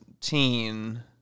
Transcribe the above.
teen